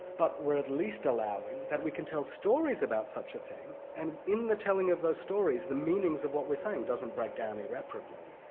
but we're at least allowing that we can tell stories about such a thing, and in the telling of those stories the meanings of what we're saying doesn't break down irreparably,